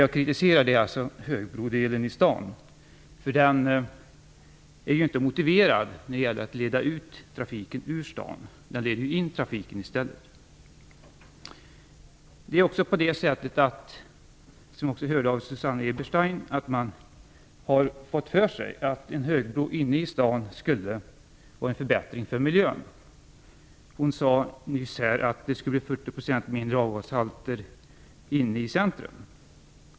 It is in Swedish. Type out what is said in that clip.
Jag kritiserar alltså högbrodelen i staden, för den är inte motiverad när det gäller att leda trafiken ut ur staden. I stället leds trafiken in i staden. Som Susanne Eberstein sade har man fått för sig att en högbro inne i staden skulle vara en förbättring för miljön. Hon sade ju nyss att det skulle bli 40 % mindre avgashalter inne i centrum.